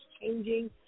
changing